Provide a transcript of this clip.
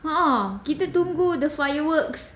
a'ah kita tunggu the fireworks